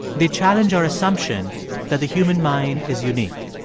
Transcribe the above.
they challenge our assumption that the human mind is unique.